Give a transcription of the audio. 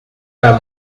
pas